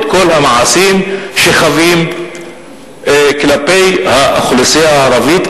את כל המעשים שחווים כלפי האוכלוסייה הערבית,